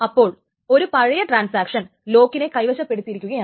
അപ്പോൾ ഒരു പഴയ ട്രാൻസാക്ഷൻ ലോക്കിനെ കൈവശപ്പെടുത്തിയിരിക്കുകയാണ്